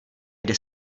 jde